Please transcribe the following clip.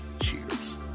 cheers